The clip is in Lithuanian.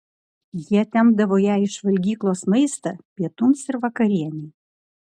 jie tempdavo jai iš valgyklos maistą pietums ir vakarienei